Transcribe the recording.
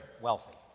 wealthy